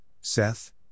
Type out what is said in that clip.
Seth